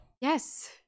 Yes